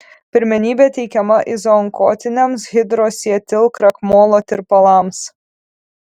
pirmenybė teikiama izoonkotiniams hidroksietilkrakmolo tirpalams